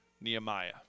Nehemiah